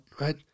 right